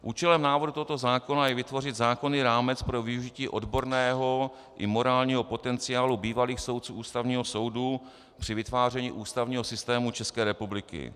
Účelem návrhu tohoto zákona je vytvořit zákonný rámec pro využití odborného i morálního potenciálu bývalých soudců Ústavního soudu při vytváření ústavního systému České republiky.